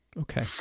Okay